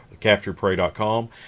CapturePrey.com